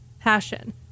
Passion